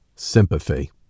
sympathy